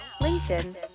LinkedIn